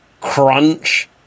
Crunch